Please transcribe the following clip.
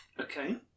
Okay